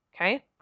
Okay